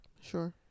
Sure